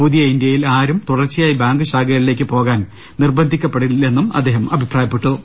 പുതി യ ഇന്ത്യയിൽ ആരും തുടർച്ചയായി ബാങ്കു ശാഖകളിലേക്ക് പോകാൻ നിർബ ന്ധിക്കപ്പെടില്ലെന്നും അദ്ദേഹം അഭിപ്രായപ്പെട്ടു